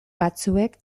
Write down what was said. batzuek